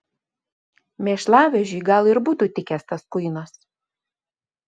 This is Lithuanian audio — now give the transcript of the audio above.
mėšlavežiui gal ir būtų tikęs tas kuinas